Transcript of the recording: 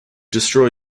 destroy